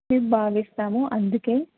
మేము భావిస్తాము అందుకే